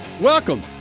welcome